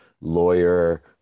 lawyer